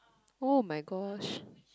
oh my gosh